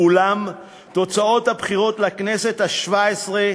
ואולם תוצאות הבחירות לכנסת השבע-עשרה